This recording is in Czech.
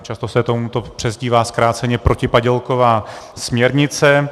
Často se tomuto přezdívá zkráceně protipadělková směrnice.